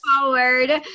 forward